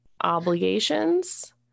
obligations